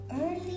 early